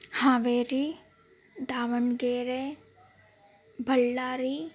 Haveri Davanagere Ballari